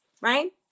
right